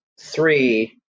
Three